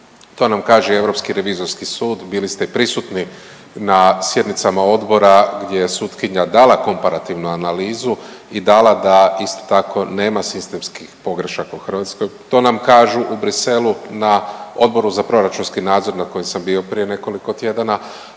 to nam kaže i Europski revizorski sud. Bili ste prisutni na sjednicama odbora gdje je sutkinja dala komparativnu analizu i dala da isto tako nema sistemskih pogrešaka u Hrvatskoj. To nam kažu u Bruxellesu na Odboru za proračunski nadzor na kojem sam bio prije nekoliko tjedana.